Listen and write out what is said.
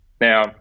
Now